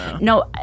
No